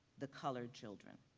the colored children.